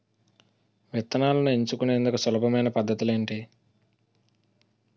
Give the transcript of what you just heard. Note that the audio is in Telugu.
విత్తనాలను ఎంచుకునేందుకు సులభమైన పద్ధతులు ఏంటి?